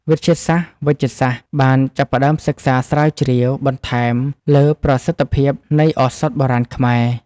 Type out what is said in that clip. វិទ្យាសាស្ត្រវេជ្ជសាស្ត្របានចាប់ផ្តើមសិក្សាស្រាវជ្រាវបន្ថែមលើប្រសិទ្ធភាពនៃឱសថបុរាណខ្មែរ។